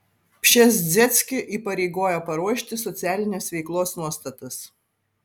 pšezdzieckį įpareigojo paruošti socialinės veiklos nuostatas